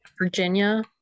virginia